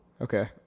okay